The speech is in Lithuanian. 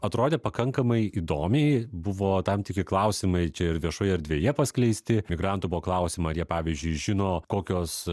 atrodė pakankamai įdomiai buvo tam tikri klausimai čia ir viešoje erdvėje paskleisti migrantų buvo klausiama ar jie pavyzdžiui žino kokios